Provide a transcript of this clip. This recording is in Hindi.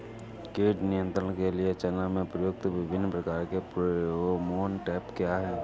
कीट नियंत्रण के लिए चना में प्रयुक्त विभिन्न प्रकार के फेरोमोन ट्रैप क्या है?